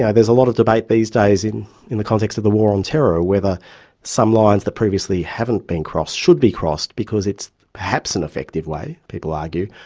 yeah there's a lot of debate these days in in the context of the war on terror, whether some lines that previously haven't been crossed, should be crossed, because it's perhaps an effective way, people argue,